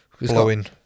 blowing